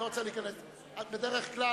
בדרך כלל,